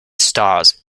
stars